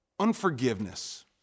Unforgiveness